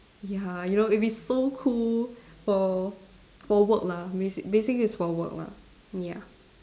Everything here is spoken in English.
ya you know if it so cool for for work lah basic basically its for work lah ya